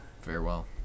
Farewell